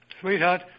Sweetheart